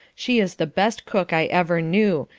she is the best cook i ever knew,